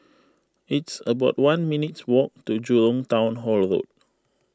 it's about one minutes' walk to Jurong Town Hall Road